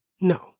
No